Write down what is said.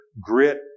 grit